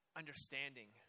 understanding